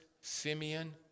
Simeon